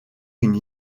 une